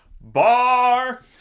Bar